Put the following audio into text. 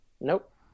Nope